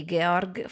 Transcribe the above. Georg